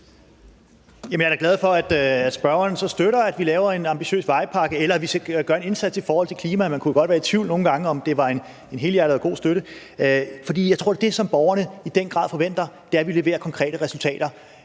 Jeg er da glad for, at spørgeren støtter, at vi laver en ambitiøs vejpakke, og at vi gør en indsats i forhold til klimaet. Man kunne jo godt nogle gange være i tvivl om, hvorvidt det er en helhjertet støtte. Jeg tror, at det, som borgerne i den grad forventer, er, at vi leverer konkrete resultater.